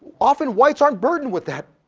often white's aren't burdened with that,